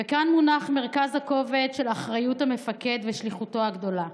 "וכאן מונח מרכז הכובד של אחריות המפקד ושליחותו הגדולה.